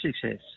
success